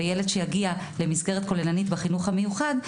וילד שיגיע למסגרת כוללנית בחינוך המיוחד,